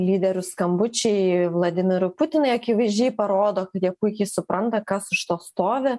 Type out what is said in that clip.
lyderių skambučiai vladimirui putinui akivaizdžiai parodo kad jie puikiai supranta kas už to stovi